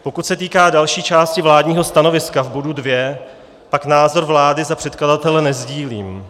Pokud se týká další části vládního stanoviska v bodu 2, pak názor vlády za předkladatele nesdílím.